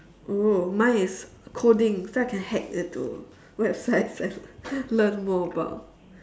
oh mine is coding so I can hack into websites and learn more about